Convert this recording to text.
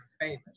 famous